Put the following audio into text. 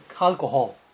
alcohol